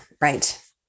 right